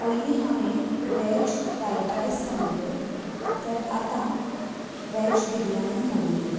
पयलीं हावें veg fried rice सांगिल्लें तर आतां वॅज बिर्याणी धाडून दियात